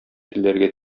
телләргә